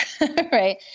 right